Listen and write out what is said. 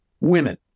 women